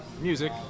music